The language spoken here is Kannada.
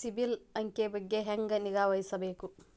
ಸಿಬಿಲ್ ಅಂಕಿ ಬಗ್ಗೆ ಹೆಂಗ್ ನಿಗಾವಹಿಸಬೇಕು?